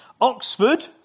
Oxford